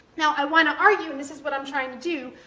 now, i want to argue, and this is what i'm trying to do,